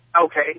Okay